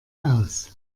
aus